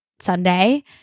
sunday